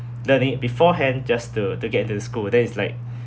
learning beforehand just to to get into school then it's like